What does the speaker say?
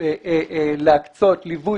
להקצות ליווי